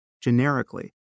generically